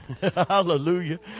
hallelujah